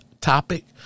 topic